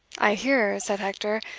i hear, said hector,